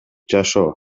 жашоо